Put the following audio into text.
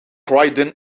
croydon